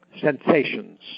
sensations